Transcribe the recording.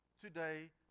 today